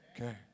Okay